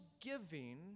giving